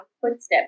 footsteps